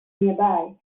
nearby